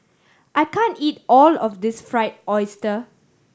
I can't eat all of this Fried Oyster